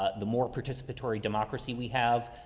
ah the more participatory democracy we have,